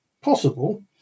possible